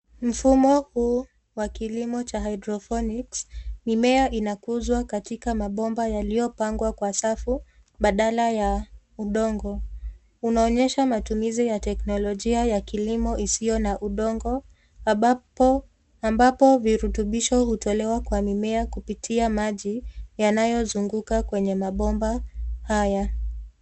Mfumo huu wa kilimo cha hydroponics mimea inakuzwa katika mabomba yaliyoapangwa kawa safu badala ya udongo. Unaonyesha matuizi ya teknolojia ya kilimo isiyo na udongo ambapo virutubisho hutolewa kwa mimea kupitia maji yanyozunguka kwenye mabomba haya.